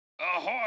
Ahoy